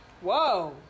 Whoa